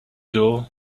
door